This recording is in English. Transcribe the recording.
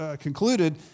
concluded